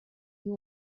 you